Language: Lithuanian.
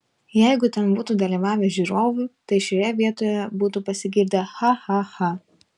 jeigu ten būtų dalyvavę žiūrovų tai šioje vietoje būtų pasigirdę cha cha cha